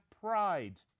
pride